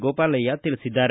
ಗೋಪಾಲಯ್ಯ ತಿಳಿಸಿದ್ದಾರೆ